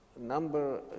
number